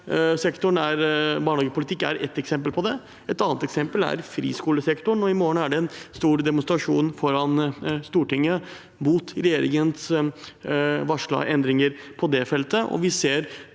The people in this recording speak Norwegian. Barnehagepolitikk er ett eksempel på det, et annet eksempel er friskolesektoren. I morgen er det en stor demonstrasjon foran Stortinget mot regjeringens varslede endringer på det feltet,